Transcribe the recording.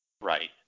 Right